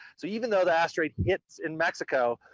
so even though the asteroid hits in mexico,